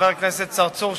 חבר הכנסת צרצור,